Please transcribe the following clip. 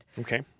Okay